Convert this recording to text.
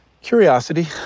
Curiosity